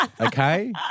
Okay